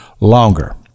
longer